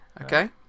Okay